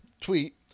tweet